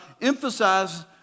emphasize